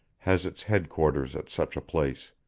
has its head-quarters at such a place